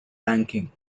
ranking